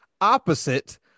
opposite